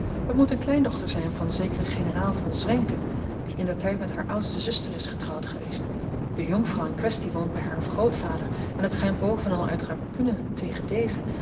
het moet eene kleindochter zijn van zekere generaal von zwenken die indertijd met hare oudste zuster is getrouwd geweest de jonkvrouw in kwestie woont bij haar grootvader en het schijnt bovenal uit rancune tegen dezen